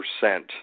percent